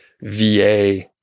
VA